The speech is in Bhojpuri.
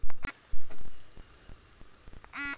भेड़ के पाले में कवनो ढेर खर्चा भी ना आवत हवे